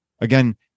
Again